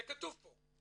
זה כתוב פה.